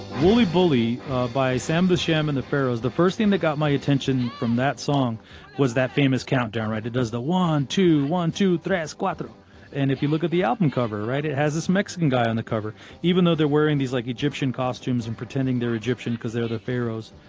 wooly bully by sam the sham and the pharaohs the first thing that got my attention from that song was that famous countdown right. does the one two one two three as quatro and if you look at the album cover right it has this mexican guy on the cover even though they're wearing these like egyptian costumes and pretending they're egyptian because they're the pharaohs.